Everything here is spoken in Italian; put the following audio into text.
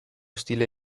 stile